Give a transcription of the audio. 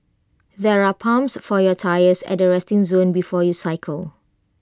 there are pumps for your tyres at the resting zone before you cycle